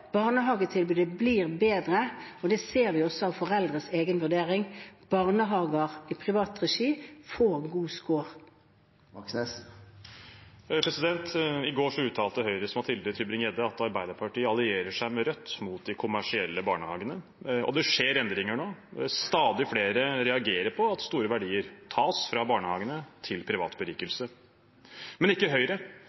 Barnehagetilbudet blir bedre, og det ser vi også av foreldres egen vurdering. Barnehager i privat regi får god score. I går uttalte Høyres Mathilde Tybring-Gjedde at Arbeiderpartiet allierer seg med Rødt mot de kommersielle barnehagene. Det skjer endringer nå, stadig flere reagerer på at store verdier tas fra barnehagene til privat